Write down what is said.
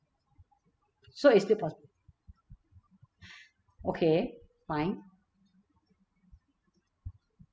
so it's still poss~ okay fine